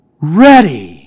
ready